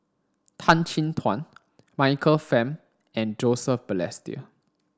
Tan Chin Tuan Michael Fam and Joseph Balestier